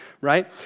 right